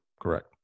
Correct